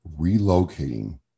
relocating